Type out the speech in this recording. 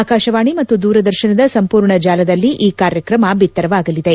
ಆಕಾಶವಾಣಿ ಮತ್ತು ದೂರದರ್ಶನದ ಸಂಪೂರ್ಣ ಜಾಲದಲ್ಲಿ ಈ ಕಾರ್ಯಕ್ರಮ ಬಿತ್ಲರವಾಗಲಿದೆ